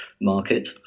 market